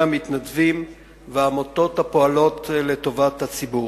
המתנדבים והעמותות הפועלות לטובת הציבור.